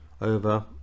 over